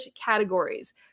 categories